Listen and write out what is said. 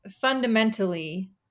fundamentally